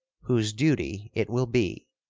whose duty it will be,